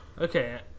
Okay